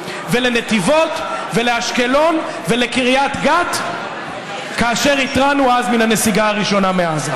ולנתיבות ולאשקלון ולקריית גת כאשר התרענו אז מן הנסיגה הראשונה מעזה.